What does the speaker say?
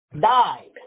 died